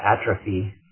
atrophy